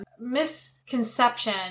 misconception